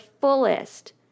fullest